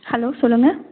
hello சொல்லுங்கள்